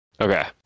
Okay